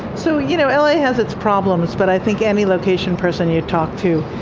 so you know la has its problems, but i think any location person you'd talked to